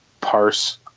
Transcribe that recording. parse